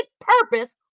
purpose